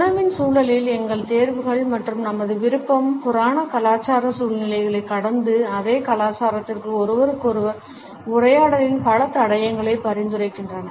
உணவின் சூழலில் எங்கள் தேர்வுகள் மற்றும் நமது விருப்பம் புராணக் கலாச்சார சூழ்நிலைகளைக் கடந்து அதே கலாச்சாரத்திற்குள் ஒருவருக்கொருவர் உரையாடலில் பல தடயங்களை பரிந்துரைக்கின்றன